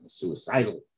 suicidal